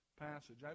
passage